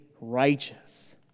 righteous